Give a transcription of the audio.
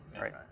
Right